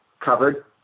covered